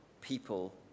people